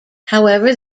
however